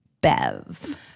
Bev